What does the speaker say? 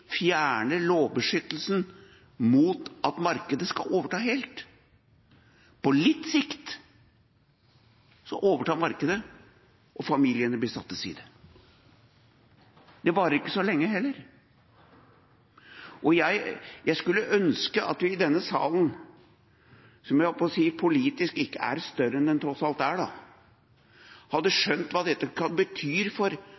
fjerner lovbeskyttelsen mot at markedet skal overta helt? På litt sikt overtar markedet, og familiene blir satt til side. Det varer ikke så lenge heller. Jeg skulle ønske at vi i denne salen, som – holdt jeg på å si – politisk tross alt ikke er større enn den er, hadde skjønt hva dette betyr for